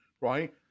right